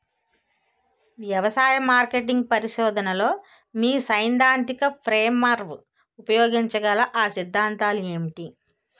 వ్యవసాయ మార్కెటింగ్ పరిశోధనలో మీ సైదాంతిక ఫ్రేమ్వర్క్ ఉపయోగించగల అ సిద్ధాంతాలు ఏంటి?